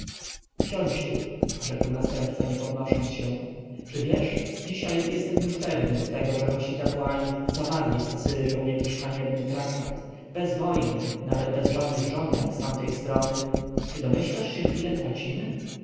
siądź tu rzekł następca nie podnosząc się czy wiesz dzisiaj jestem już pewny tego że nasi kapłani zawarli z asyrją jakiś haniebny traktat bez wojny nawet bez żadnych żądań z tamtej strony czy domyślasz się ile tracimy